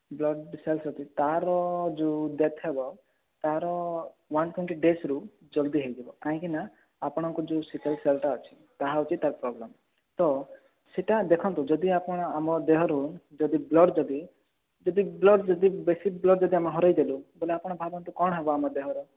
blood cells ଅଛି ତା'ର ଯୋଉ ଡେଥ୍ ହେବ ତା'ର ୱାନ୍ ଟ୍ୱେଣ୍ଟି ଡେୟଜ୍ରୁ ଜଲ୍ଦି ହେଇଯିବ କାହିଁକିନା ଆପଣଙ୍କୁ ଯୋଉ ସିକଲ୍ସେଲ୍ଟା ଅଛି ତାହା ହେଉଛି ତା'ର ପ୍ରୋବ୍ଲେମ୍ ତ ସେଟା ଦେଖନ୍ତୁ ଯଦି ଆପଣ ଆମ ଦେହରୁ ଯଦି ବ୍ଲଡ଼୍ ଯଦି ଯଦି ବ୍ଲଡ଼୍ ଯଦି ବେଶୀ ବ୍ଲଡ଼୍ ଯଦି ଆମେ ହରେଇ ଦେଲୁ ବୋଲେ ଆପଣ ଭାବନ୍ତୁ କଣ ହେବ ଆମ ଦେହର